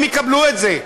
הם יקבלו את זה,